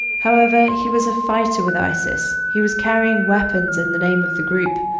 however, he was a fighter with isis. he was carrying weapons in the name of the group.